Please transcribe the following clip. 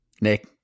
Nick